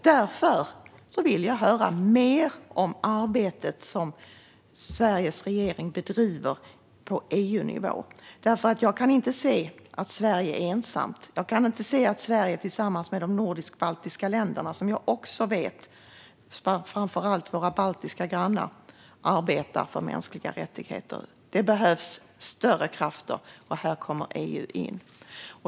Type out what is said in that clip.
Därför vill jag höra mer om det arbete som Sveriges regering bedriver på EU-nivå. Jag kan inte se att Sverige kan göra detta ensamt. Jag kan inte se att Sverige kan göra det bara tillsammans med de nordiska och baltiska länderna - jag vet att de också, framför allt våra baltiska grannar, arbetar för mänskliga rättigheter. Det behövs större krafter, och här kommer EU in.